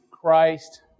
Christ